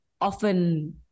often